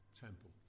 temple